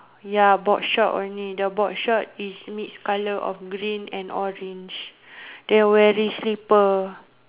ya boardshort only the boardshort is mix colour of green and orange they wearing slipper